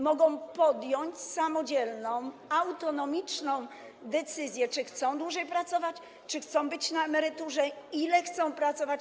Mogą podjąć samodzielną, autonomiczną decyzję, czy chcą dłużej pracować, czy chcą być na emeryturze, ile chcą pracować.